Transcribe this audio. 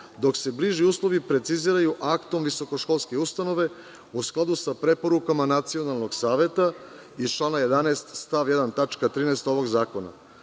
dok se bliži uslovi preciziraju aktom visokoškolske ustanove, u skladu sa preporukama Nacionalnog saveta iz člana 11. stav 1.